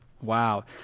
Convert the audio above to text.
Wow